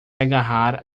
agarrar